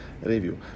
review